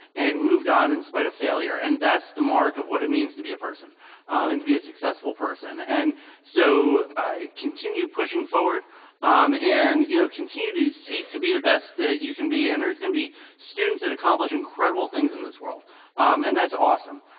and moved on in spite of failure. and that's the mark of what it means to be a person and be a successful person. and so i continue pushing forward um and you know, continue to seek to be the best that you can be and there's gonna be students that accomplish incredible things in this world and that's awesome.